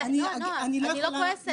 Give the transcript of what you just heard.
אני לא כועסת.